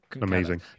amazing